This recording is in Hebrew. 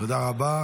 תודה רבה.